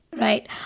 Right